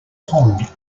pond